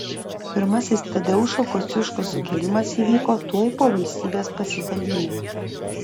pirmasis tadeušo kosciuškos sukilimas įvyko tuoj po valstybės pasidalinimo